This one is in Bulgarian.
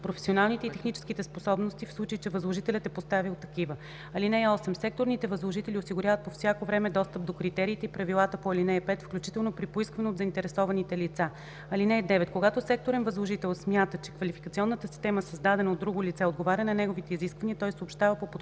професионалните и техническите способности, в случай че възложителят е поставил такива. (8) Секторните възложители осигуряват по всяко време достъп до критериите и правилата по ал. 5, включително при поискване от заинтересованите лица. (9) Когато секторен възложител смята, че квалификационна система, създадена от друго лице, отговаря на неговите изисквания, той съобщава по подходящ начин